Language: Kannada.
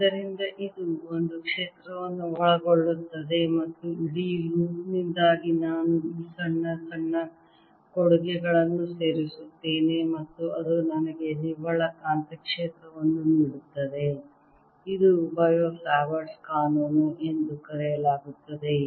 ಆದ್ದರಿಂದ ಇದು ಒಂದು ಕ್ಷೇತ್ರವನ್ನು ಒಳಗೊಳ್ಳುತ್ತದೆ ಮತ್ತು ಇಡೀ ಲೂಪ್ ನಿಂದಾಗಿ ನಾನು ಈ ಸಣ್ಣ ಸಣ್ಣ ಕೊಡುಗೆಗಳನ್ನು ಸೇರಿಸುತ್ತೇನೆ ಮತ್ತು ಅದು ನನಗೆ ನಿವ್ವಳ ಕಾಂತಕ್ಷೇತ್ರವನ್ನು ನೀಡುತ್ತದೆ ಇದನ್ನು ಬಯೋ ಸಾವರ್ಟ್ ಕಾನೂನು ಎಂದು ಕರೆಯಲಾಗುತ್ತದೆ